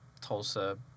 Tulsa